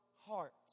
heart